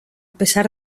pesar